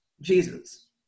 Jesus